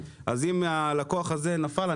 אז אם הלקוח הזה נפל,